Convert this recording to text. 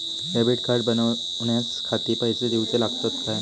Debit card बनवण्याखाती पैसे दिऊचे लागतात काय?